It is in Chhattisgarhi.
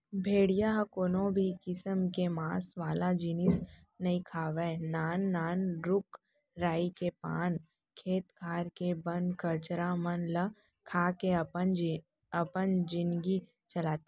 भेड़िया ह कोनो भी किसम के मांस वाला जिनिस नइ खावय नान नान रूख राई के पाना, खेत खार के बन कचरा मन ल खा के अपन जिनगी चलाथे